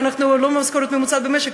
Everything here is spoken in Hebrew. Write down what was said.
ולא על המשכורת הממוצעת במשק,